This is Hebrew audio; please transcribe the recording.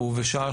מחר בשעה